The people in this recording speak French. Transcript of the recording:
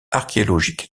archéologiques